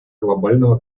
глобального